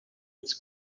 its